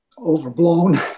overblown